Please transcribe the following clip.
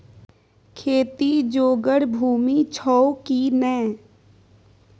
खेती जोगर भूमि छौ की नै?